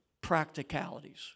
practicalities